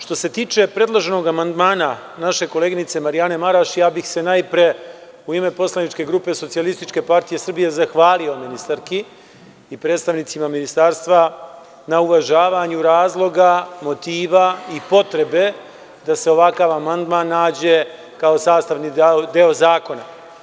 Što se tiče predloženog amandmana naše koleginice Marjane Maraš, ja bih se najpre u ime poslaničke grupe SPS zahvalio ministarki i predstavnicima Ministarstva na uvažavanju razloga, motiva i potrebe da se ovakav amandman nađe kao sastavni deo zakona.